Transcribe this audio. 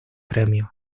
premios